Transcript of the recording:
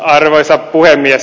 arvoisa puhemies